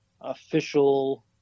official